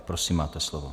Prosím, máte slovo.